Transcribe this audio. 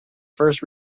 first